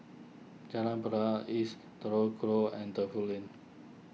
Jalan Batalong East Telok Kurau and Defu Lane